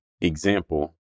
example